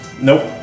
Nope